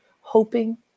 hoping